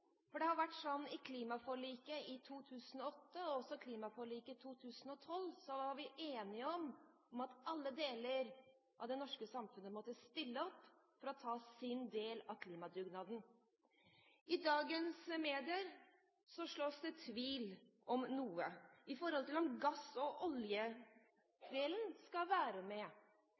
I klimaforliket for 2008, og også i klimaforliket for 2012, var vi enige om at alle deler av det norske samfunnet måtte stille opp for å ta sin del av klimadugnaden. I dagens medier sås det tvil i forhold til om gass- og oljedelen skal være med.